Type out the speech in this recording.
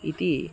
इति